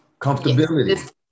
comfortability